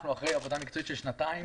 אנחנו אחרי עבודה מקצועית של שנתיים